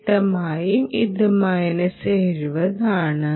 വ്യക്തമായും ഇത് മൈനസ് 70 ആണ്